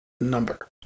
number